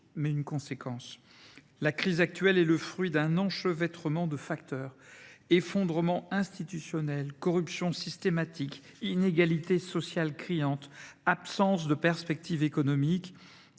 La crise actuelle est le fruit d’un enchevêtrement de facteurs : effondrement institutionnel, corruption systémique, inégalités sociales criantes, absence de perspectives économiques